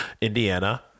Indiana